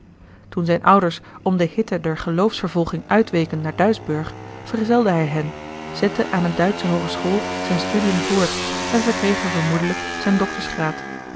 toen zijne ouders om de hitte der geloofsvervolging uitweken naar duisburg vergezelde hij hen zette aan eene duitsche hoogeschool zijne studiën voort en verkreeg er vermoedelijk zijn